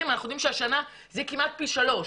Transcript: ואנחנו יודעים שהשנה המספר הוא כמעט פי שלוש.